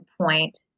point